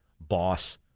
boss